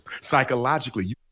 Psychologically